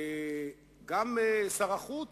גם שר החוץ,